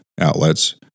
outlets